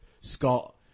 Scott